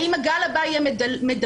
האם הגל הבא יהיה מידבק,